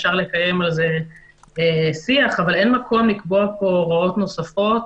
אבל אין מקום לקבוע הוראות נוספות,